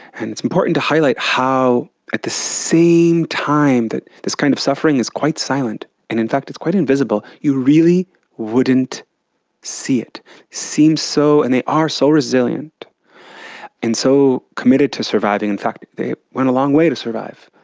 and it's important to highlight how at the same time that this kind of suffering is quite silent and in fact it's quite invisible, you really wouldn't see it. they seem so and they are so resilient and so committed to surviving, in fact they went a long way to survive.